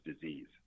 disease